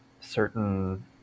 certain